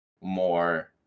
more